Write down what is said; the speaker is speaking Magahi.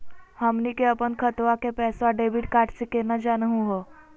हमनी के अपन खतवा के पैसवा डेबिट कार्ड से केना जानहु हो?